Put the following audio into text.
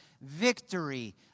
victory